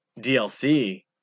DLC